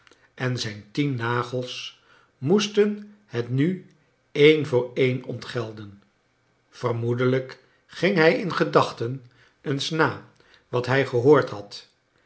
en zijn tien nagels moesten het nu een voor een ontgelden vermoedelijk ging hij in gedachten eens na wat hij gehoord had